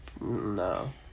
No